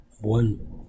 one